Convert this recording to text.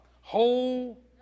whole